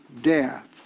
death